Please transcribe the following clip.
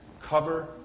cover